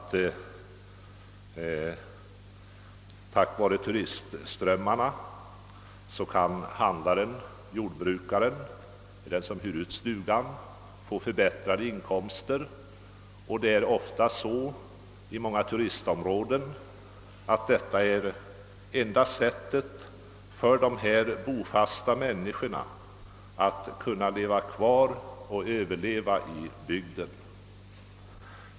Tack vare turistströmmarna kan t.ex. handlaren, jordbrukaren och stuguthyraren få sina inkomster förbättrade, och i många turistområden är detta enda sättet för den bofasta befolkningen att kunna leva kvar i bygden.